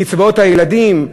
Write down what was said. קצבאות הילדים,